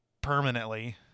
permanently